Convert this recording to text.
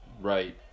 Right